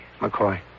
McCoy